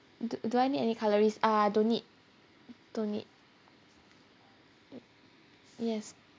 do do I need any cutleries uh don't need don't need yes